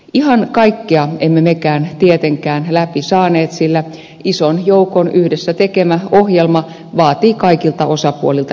ihan kaikkea emme mekään tietenkään läpi saaneet sillä ison joukon yhdessä tekemä ohjelma vaatii kaikilta osapuolilta joustoja